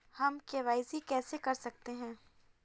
हम के.वाई.सी कैसे कर सकते हैं?